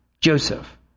Joseph